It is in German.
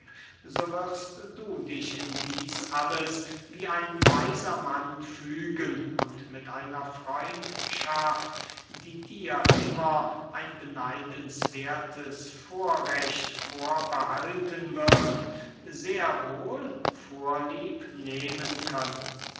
wirst du dich in dieß alles wie ein weiser mann fügen und mit einer freundschaft die dir immer ein beneidenswerthes vorrecht vorbehalten wird sehr wohl vorlieb nehmen können